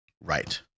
right